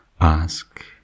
ask